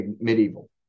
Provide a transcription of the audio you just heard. medieval